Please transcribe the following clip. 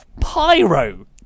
pyro